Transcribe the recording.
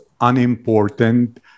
unimportant